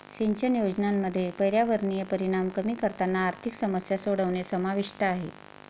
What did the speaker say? सिंचन योजनांमध्ये पर्यावरणीय परिणाम कमी करताना आर्थिक समस्या सोडवणे समाविष्ट आहे